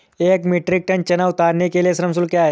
एक metric ton चना उतारने के लिए श्रम शुल्क क्या है?